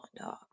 dog